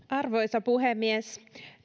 arvoisa puhemies